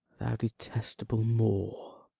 thou detestable maw,